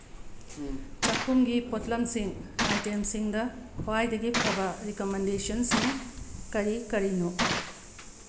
ꯆꯥꯛꯈꯨꯝꯒꯤ ꯄꯣꯠꯂꯝꯁꯤꯡ ꯑꯥꯏꯇꯦꯝꯁꯤꯡꯗ ꯈ꯭ꯋꯥꯏꯗꯒꯤ ꯐꯕ ꯔꯤꯀꯃꯦꯟꯗꯦꯁꯟꯁꯤꯡ ꯀꯔꯤ ꯀꯔꯤꯅꯣ